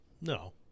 No